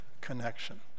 connection